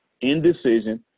Indecision